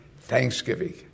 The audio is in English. thanksgiving